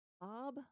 Bob